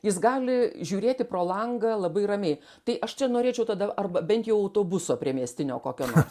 jis gali žiūrėti pro langą labai ramiai tai aš čia norėčiau tada arba bent jau autobuso priemiestinio kokio nors